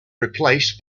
replaced